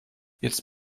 jetzt